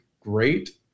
great